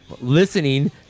Listening